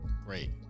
Great